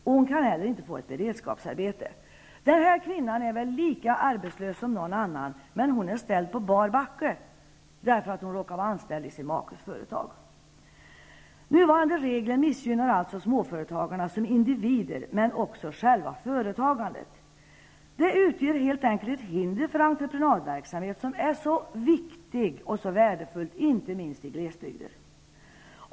Hon kan inte heller få ett beredskapsarbete. Denna kvinna är lika arbetslös som någon annan, men hon är ställd på bar backe, därför att hon råkar vara anställd i sin makes företag. Nuvarande regler missgynnar alltså småföretagarna som individer men också själva företagandet. De utgör helt enkelt ett hinder för entreprenadverksamhet, som är så viktig och värdefull inte minst i glesbygder.